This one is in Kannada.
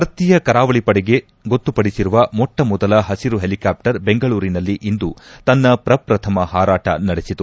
ಭಾರತೀಯ ಕರಾವಳಿ ಪಡೆಗೆ ಗೊತ್ತುಪಡಿಸಿರುವ ಮೊಟ್ಟ ಮೊದಲ ಹಸಿರು ಹೆಲಿಕಾಪ್ಸರ್ ಬೆಂಗಳೂರಿನಲ್ಲಿ ಇಂದು ತನ್ನ ಪ್ರಪ್ರಥಮ ಹಾರಾಟ ನಡೆಸಿದೆ